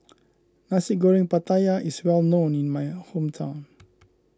Nasi Goreng Pattaya is well known in my hometown